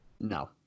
No